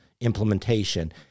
implementation